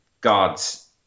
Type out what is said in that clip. God's